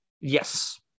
Yes